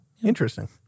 Interesting